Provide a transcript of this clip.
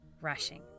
rushing